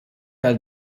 għal